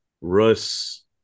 Russ